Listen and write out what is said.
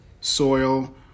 soil